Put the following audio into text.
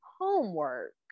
homework